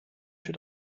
für